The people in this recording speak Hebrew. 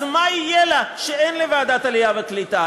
אז מה יהיה לה שאין לוועדת העלייה והקליטה?